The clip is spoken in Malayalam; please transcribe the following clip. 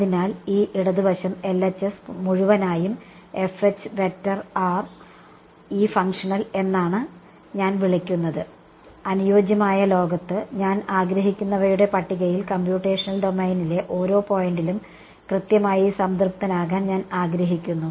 അതിനാൽ ഈ ഇടത് വശം മുഴുവനായും ഈ ഫങ്ഷണൽ എന്നാണ് ഞാൻ വിളിക്കുന്നത് അനുയോജ്യമായ ലോകത്ത് ഞാൻ ആഗ്രഹിക്കുന്നവയുടെ പട്ടികയിൽ കമ്പ്യൂട്ടേഷണൽ ഡൊമെയ്നിലെ ഓരോ പോയിന്റിലും കൃത്യമായി സംതൃപ്തനാകാൻ ഞാൻ ആഗ്രഹിക്കുന്നു